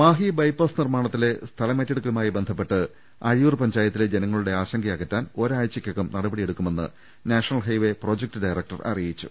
Mahe bypass നിർമ്മാണത്തിലെ സ്ഥലമേറ്റടുക്കലുമായി ബന്ധപ്പെട്ട് അഴിയൂർ പഞ്ചായത്തിലെ ജനങ്ങളുടെ ആശങ്കയകറ്റാൻ ഒരാഴ്ച്ചക്കകം നടപടിയെടുക്കുമെന്ന് നാഷണൽ ഹൈവേ പ്രൊജക്റ്റ് ഡയറക്ടർ അറിയിച്ചു